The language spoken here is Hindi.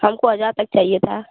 हमको हज़ार तक चाहिए था